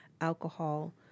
alcohol